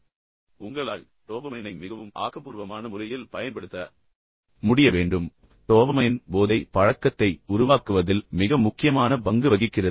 கடைசியாக உங்களால் டோபமைனை மிகவும் ஆக்கபூர்வமான முறையில் பயன்படுத்த முடிய வேண்டும் ஏனெனில் டோபமைன் போதை பழக்கத்தை உருவாக்குவதில் மிக முக்கியமான பங்கு வகிக்கிறது